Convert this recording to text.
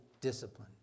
disciplined